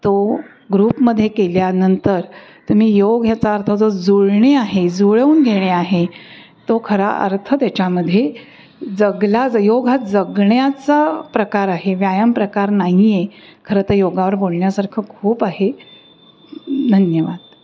तो ग्रुपमध्ये केल्यानंतर तुम्ही योग ह्याचा अर्थ जो जुळणे आहे जुळवून घेणे आहे तो खरा अर्थ त्याच्यामध्ये जगला ज योग हा जगण्याचा प्रकार आहे व्यायाम प्रकार नाही आहे खरंतर योगावर बोलण्यासारखं खूप आहे धन्यवाद